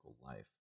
life